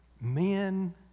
Men